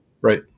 right